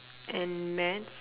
and maths